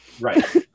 right